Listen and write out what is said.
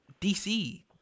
DC